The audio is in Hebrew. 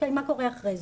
מה קורה אחרי זה,